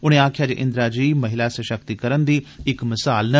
उनें आक्खेआ जे इंदिरा जी महिला सशक्तिकरण दी इक मिसाल न